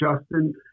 Justin